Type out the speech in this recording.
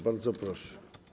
Bardzo proszę.